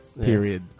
Period